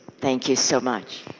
thank you so much.